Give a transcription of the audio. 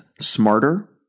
Smarter